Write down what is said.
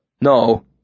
No